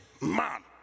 man